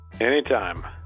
anytime